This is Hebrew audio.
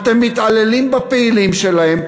אתם מתעללים בפעילים שלהם.